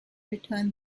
returned